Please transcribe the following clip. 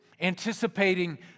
Anticipating